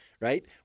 right